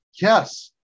Yes